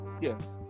Yes